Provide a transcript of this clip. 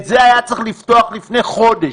את זה היה צריך לפתוח לפני חודש,